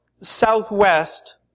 southwest